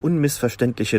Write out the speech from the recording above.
unmissverständliche